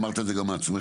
אמרת את זה גם בעצמך,